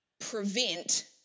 prevent